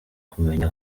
kumenya